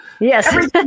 Yes